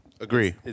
Agree